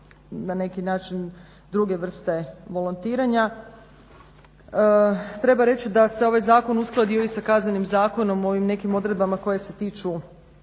na neki način druge vrste volontiranja. Treba reći da se ovaj zakon uskladio i sa KZ-om u ovim nekim odredbama koje se tiču